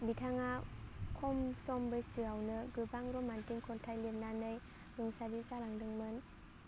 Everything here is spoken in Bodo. बिथाङा खम सम बैसोयावनो गोबां रमान्टिक खन्थाइ लिरनानै रुंसारि जालांदोंमोन